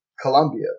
Colombia